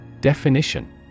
Definition